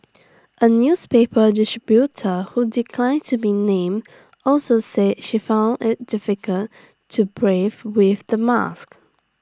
A newspaper distributor who declined to be named also said she found IT difficult to breathe with the mask